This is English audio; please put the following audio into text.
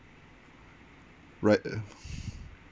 ride